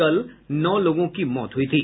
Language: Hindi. कल नौ लोगों की मौत हुई थी